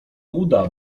uda